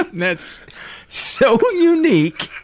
that's so unique!